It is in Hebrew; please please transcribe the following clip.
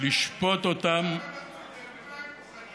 לשפוט אותם, למה דחו את זה בחודשיים?